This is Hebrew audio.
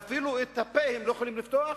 ואפילו את הפה הם לא יכולים לפתוח?